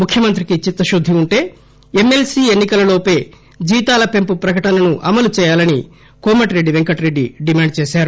ముఖ్యమంత్రికి చిత్తశుద్ది ఉంటే ఎమ్మెల్సీ ఎన్ని కలలోపే జీతాల పెంపు ప్రకటనను అమలు చేయాలని కోమటి రెడ్డి డిమాండ్ చేశారు